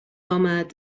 آمد